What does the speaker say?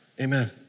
Amen